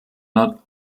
not